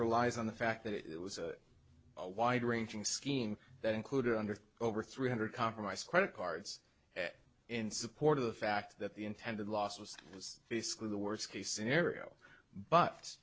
relies on the fact that it was a wide ranging scheme that included under over three hundred compromised credit cards in support of the fact that the intended losses was basically the worst case scenario but